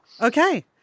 Okay